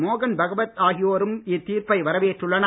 மோகன்பகவத் ஆகியோரும் இத்தீர்ப்பை வரவேற்றுள்ளனர்